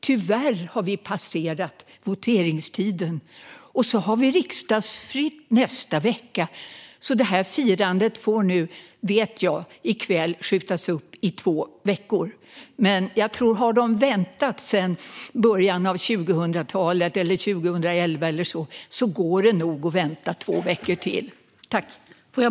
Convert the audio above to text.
Tyvärr har vi passerat voteringstiden, och nästa vecka är det riksdagsfritt, så firandet får skjutas upp i två veckor. Men har man väntat sedan början av 2000-talet eller sedan 2011 går det nog att vänta i två veckor till.